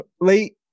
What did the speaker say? late